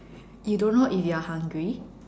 you don't know if you're hungry